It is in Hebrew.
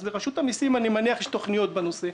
לרשות המיסים, אני מניח, יש תוכניות בנושא.